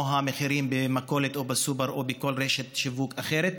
המחירים במכולת או בסופר או בכל רשת שיווק אחרת,